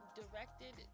directed